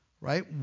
right